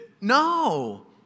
No